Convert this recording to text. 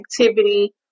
activity